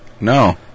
no